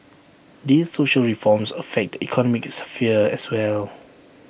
these social reforms affect economic sphere as well